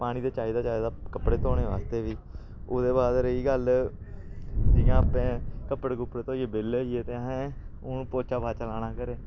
पानी ते चाहिदा चाहिदा कपड़े धोने आस्तै बी ओह्दे बाद रेही गल्ल जि'यां आपें कपड़े कुपड़े धोइयै बेह्ले होई गै ते असें हून पोचा पूचा लाना फिर